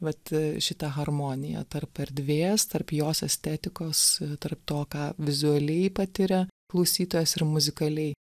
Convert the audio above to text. vat šitą harmoniją tarp erdvės tarp jos estetikos tarp to ką vizualiai patiria klausytojas ir muzikaliai